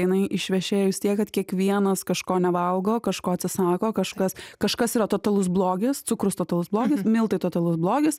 jinai išvešėjus tiek kad kiekvienas kažko nevalgo kažko atsisako kažkas kažkas yra totalus blogis cukrus totalus blogis miltai totalus blogis